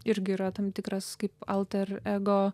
irgi yra tam tikras kaip alterego